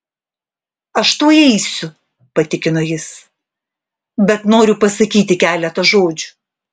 aš tuoj eisiu patikino jis bet noriu pasakyti keletą žodžių